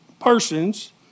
Persons